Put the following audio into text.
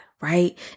Right